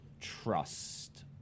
trust